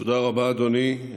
תודה רבה, אדוני.